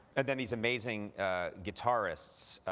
and then these amazing guitarists,